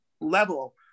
level